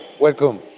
welcome.